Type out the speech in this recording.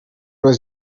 was